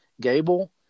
Gable